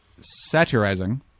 satirizing